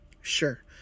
Sure